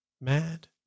Mad